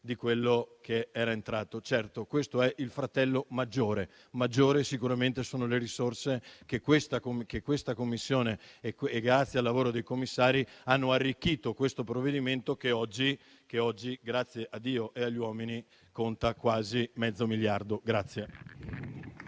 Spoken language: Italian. di quello che era entrato. Certo, questo è il fratello maggiore. Maggiori sono sicuramente le risorse che, grazie al lavoro dei commissari, hanno arricchito il provvedimento che oggi, grazie a Dio e agli uomini, conta quasi mezzo miliardo.